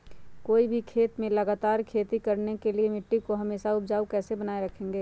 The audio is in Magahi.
कोई भी खेत में लगातार खेती करने के लिए मिट्टी को हमेसा उपजाऊ कैसे बनाय रखेंगे?